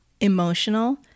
emotional